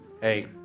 Hey